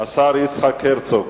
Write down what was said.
השר יצחק הרצוג.